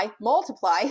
multiply